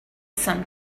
some